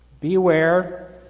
Beware